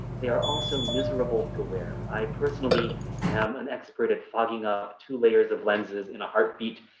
they are also miserable to wear. i personally am an expert at fogging up two layers of lenses in a heartbeat.